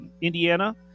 Indiana